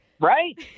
Right